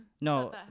No